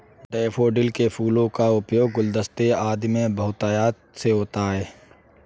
daffodil के फूलों का उपयोग गुलदस्ते आदि में बहुतायत से होता है